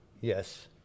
Yes